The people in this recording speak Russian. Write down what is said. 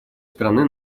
стороны